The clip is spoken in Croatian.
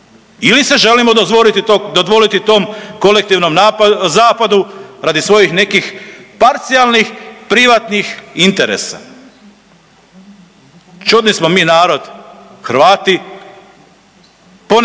ili se želimo dozvoliti, dodvoriti tom kolektivnom zapadu radi svojih nekih parcijalnih privatnih interesa. Čudni smo mi narod Hrvati. Ponekad